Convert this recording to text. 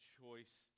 choice